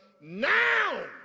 now